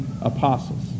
apostles